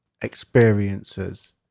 experiences